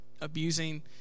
abusing